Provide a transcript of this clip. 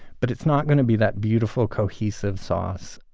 but it's not going to be that beautiful cohesive sauce.